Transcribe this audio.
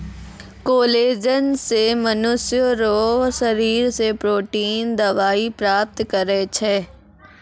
collagen से मनुष्य रो शरीर से प्रोटिन दवाई प्राप्त करै छै